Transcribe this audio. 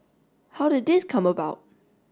how did this come about